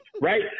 right